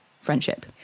friendship